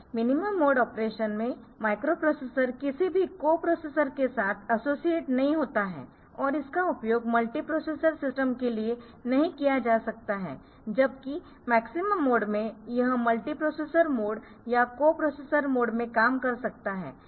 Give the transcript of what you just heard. minimum mode operation में microprocessor किसी भी को प्रोसेसर के साथ एसोसिएट नहीं होता है और इसका उपयोग मल्टीप्रोसेसर सिस्टम के लिए नहीं किया जा सकता है जबकि मैक्सिमम मोड में यह मल्टीप्रोसेसर मोड या को प्रोसेसर मोड में काम कर सकता है